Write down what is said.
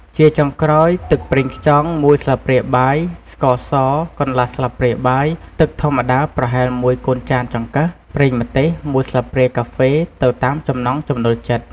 ជាចុងក្រោយ ទឹកប្រេងខ្យង ១ ស្លាបព្រាបាយ ស្ករស កន្លះស្លាបព្រាបាយ ទឹកធម្មតាប្រហែល១ កូនចានចង្កឹះ ប្រេងម្ទេស ១ ស្លាបព្រាកាហ្វេ ទៅតាមចំណង់ចំណូលចិត្ត។